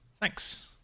Thanks